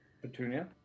Petunia